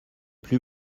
plus